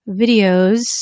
videos